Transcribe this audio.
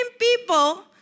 people